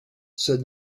said